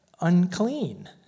unclean